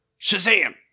Shazam